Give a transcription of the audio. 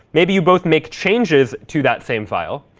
maybe you both make changes to that same file.